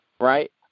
right